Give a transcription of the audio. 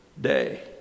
day